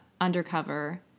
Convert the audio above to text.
undercover